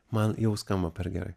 man jau skamba per gerai